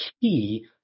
key